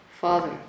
father